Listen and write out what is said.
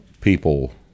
People